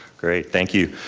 great, thank you.